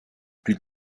plus